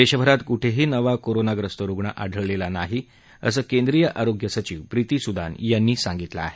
देशभरात कुठेही नवा कोरोनाग्रस्त रुग्णं आढळलेला नाही असं केंद्रीय आरोग्य सचिव प्रीती सुदन यांनी सांगितलं आहे